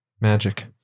magic